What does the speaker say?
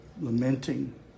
Lamenting